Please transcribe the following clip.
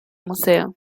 museo